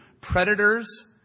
Predators